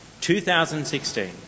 2016